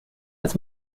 als